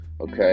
okay